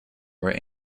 where